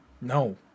No